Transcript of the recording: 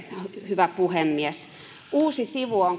hyvä puhemies edustaja viitaselle uusi sivu on